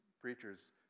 preachers